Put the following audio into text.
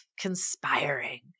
conspiring